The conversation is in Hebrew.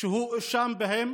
שהוא הואשם בהן